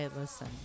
listen